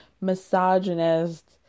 misogynist